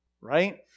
right